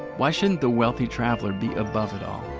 why shouldn't the wealthy traveler be above it all?